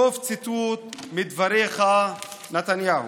סוף ציטוט מדבריך, נתניהו.